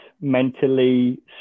mentally